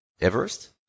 Everest